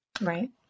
Right